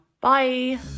Bye